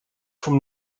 from